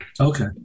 Okay